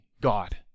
God